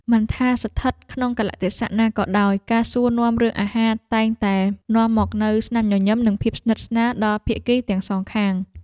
មិនថាស្ថិតក្នុងកាលៈទេសៈណាក៏ដោយការសួរនាំរឿងអាហារតែងតែនាំមកនូវស្នាមញញឹមនិងភាពស្និទ្ធស្នាលដល់ភាគីទាំងសងខាង។